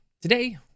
Today